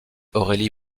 aurélie